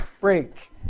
Break